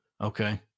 Okay